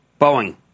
Boeing